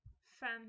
fan